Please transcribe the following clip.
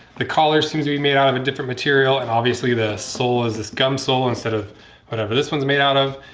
the collar seems we made out of a different material and obviously the sole is this gum sole instead of whatever this one's made out of.